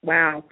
Wow